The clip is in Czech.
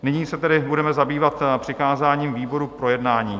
Nyní se tedy budeme zabývat přikázáním výboru k projednání.